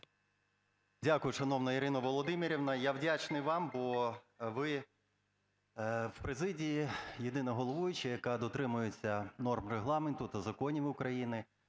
Дякую, шановна Ірина Володимирівна! Я вдячний вам, бо ви у президії єдина головуюча, яка дотримується норм Регламенту та законів України,